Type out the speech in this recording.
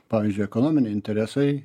pavyzdžiui ekonominiai interesai